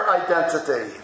identity